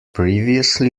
previously